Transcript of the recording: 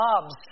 mobs